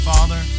Father